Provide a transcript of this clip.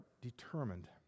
determined